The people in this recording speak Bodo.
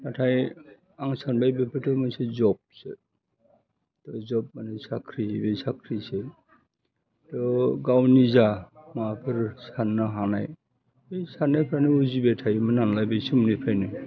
नाथाय आं सानबाय बेफोरथ' मोनसे जबसो दा जब माने साख्रि बै साख्रिसो थह गाव निजा माबाफोर साननो हानाय बै साननायफ्रानो उजिबाय थायोमोन नालाय बे समनिफ्रायनो